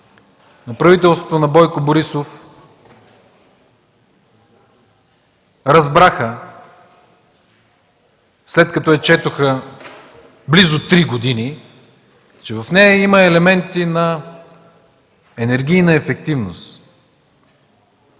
на правителството на Бойко Борисов разбраха, след като я четоха близо три години, че в нея има елементи на енергийна ефективност.